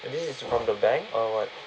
you mean it's on the bank or what